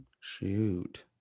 shoot